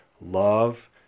love